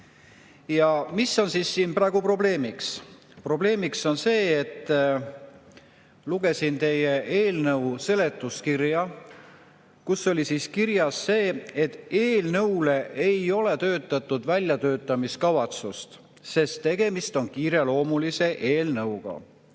Mis on siin siis praegu probleemiks? Probleemiks on see. Lugesin teie eelnõu seletuskirja, kus oli kirjas see, et eelnõule ei ole tehtud väljatöötamiskavatsust, sest tegemist on kiireloomulise eelnõuga.